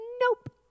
nope